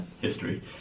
history